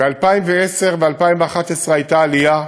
ב-2010 וב-2011 הייתה עלייה,